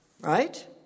right